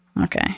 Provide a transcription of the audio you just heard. Okay